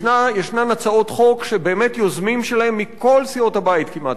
יש הצעות חוק שהיוזמים שלהן מכל סיעות הבית כמעט,